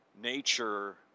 nature